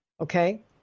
okay